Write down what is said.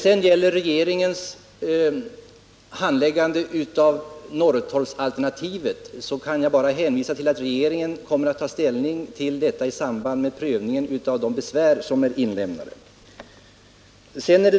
Beträffande handläggningen av Norrtorpsalternativet kan jag bara hänvisa till att regeringen kommer att ta ställning till detta i samband med prövningen av de besvär som är inlämnade.